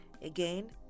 Again